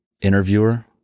interviewer